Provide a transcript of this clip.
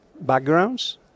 backgrounds